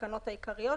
התקנות העיקריות),